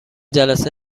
جلسه